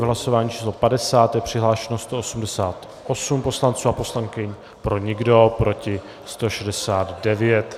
V hlasování číslo 50 je přihlášeno 188 poslanců a poslankyň, pro nikdo, proti 169.